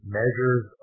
measures